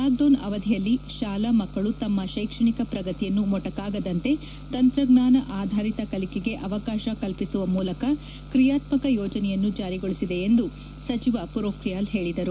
lockdown ಅವಧಿಯಲ್ಲಿ ಶಾಲಾ ಮಕ್ಕಳು ತಮ್ಮ ಶೈಕ್ಷಣಿಕ ಪ್ರಗತಿಯನ್ನು ಮೊಟಾಕಾಗದಂತೆ ತಂತ್ರಜ್ಞಾನ ಅಧಾರಿತ ಕಲಿಕೆಗೆ ಅವಕಾಶ ಕಲ್ಪಿಸುವ ಮೂಲಕ ಕ್ರಿಯಾತ್ಮಕ ಯೋಜನೆಯನ್ನು ಜಾರಿಗೊಳಿಸಿದೆ ಎಂದು ಸಚಿವ ಮೋಬ್ರಿಯಾಲ್ ಹೇಳಿದರು